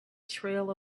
trail